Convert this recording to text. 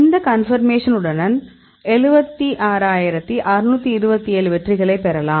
இந்த கன்பர்மேஷன் உடன் 76627 வெற்றிகளைப் பெறலாம்